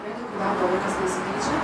medikų darbo laikas nesikeičia